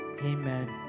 amen